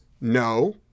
no